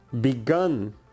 begun